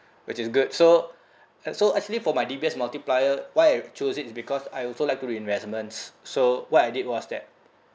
which is good so a~ so actually for my D_B_S multiplier why I choose it is because I also like to do investments so what I did was that